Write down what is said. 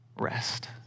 rest